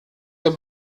der